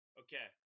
okay